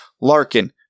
Larkin